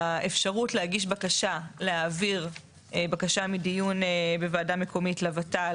האפשרות להגיש בקשה להעביר בקשה לדיון בוועדה המקומית לוות"ל